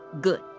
good